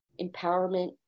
empowerment